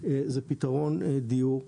זה פיתרון דיור,